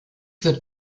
wird